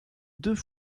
deux